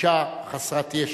אשה חסרת ישע,